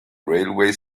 railway